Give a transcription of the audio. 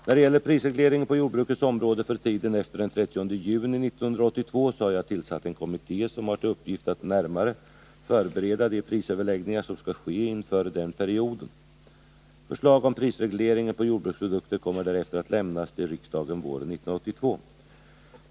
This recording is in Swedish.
När det gäller prisregleringen på jordbrukets område för tiden efter den 30 juni 1982 så har jag tillsatt en kommitté, som har till uppgift att närmare förbereda de prisöverläggningar som skall ske inför den perioden. Förslag om prisregleringen på jordbruksprodukter kommer därefter att lämnas till riksdagen våren 1982.